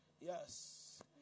Yes